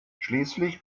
schließlich